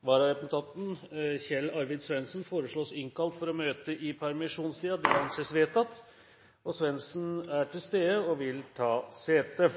Vararepresentanten, Kjell Arvid Svendsen, innkalles for å møte i permisjonstiden. Kjell Arvid Svendsen er til stede og vil ta sete.